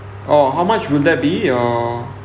orh how much would that be or